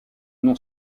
nom